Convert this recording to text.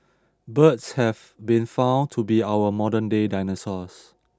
birds have been found to be our modernday dinosaurs